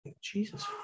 Jesus